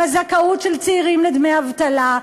בזכאות של צעירים לדמי אבטלה.